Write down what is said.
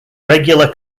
regular